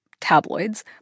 tabloids